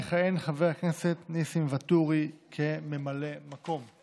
יכהן חבר הכנסת נסים ואטורי כממלא מקום,